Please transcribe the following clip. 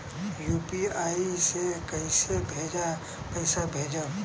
UPI से कईसे पैसा भेजब?